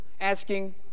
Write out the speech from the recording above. asking